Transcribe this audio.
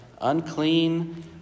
unclean